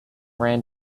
ran